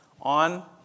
on